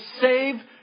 save